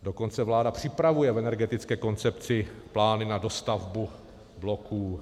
Dokonce vláda připravuje v energetické koncepci plány na dostavbu bloků.